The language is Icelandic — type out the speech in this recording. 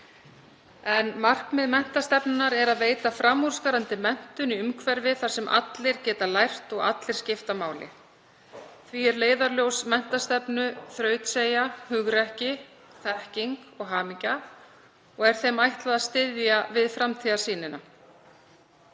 Markmið menntastefnunnar er að veita framúrskarandi menntun í umhverfi þar sem allir geta lært og allir skipta máli. Því er leiðarljós menntastefnu þrautseigja, hugrekki, þekking og hamingja og er því ætlað að styðja við framtíðarsýnina.